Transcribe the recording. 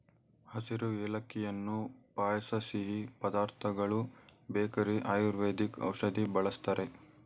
ಹಸಿರು ಏಲಕ್ಕಿಯನ್ನು ಪಾಯಸ ಸಿಹಿ ಪದಾರ್ಥಗಳು ಬೇಕರಿ ಆಯುರ್ವೇದಿಕ್ ಔಷಧಿ ಬಳ್ಸತ್ತರೆ